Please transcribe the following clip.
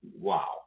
wow